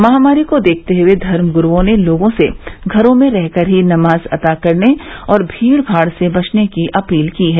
महामारी को देखते हुए धर्म गुरूओं ने लोगों से घरो में रह कर ही नमाज अता करने और भीड़ भाड़ से बचने की अपील की है